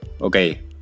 Okay